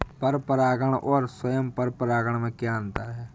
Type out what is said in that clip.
पर परागण और स्वयं परागण में क्या अंतर है?